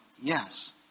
yes